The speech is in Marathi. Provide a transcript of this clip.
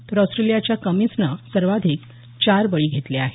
तर ऑस्ट्रेलियाच्या कमिन्सनं सर्वाधिक चार बळी घेतले आहेत